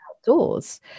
outdoors